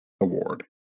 award